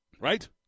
right